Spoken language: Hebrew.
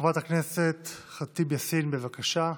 חברת הכנסת ח'טיב יאסין, בבקשה.